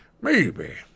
Maybe